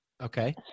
Okay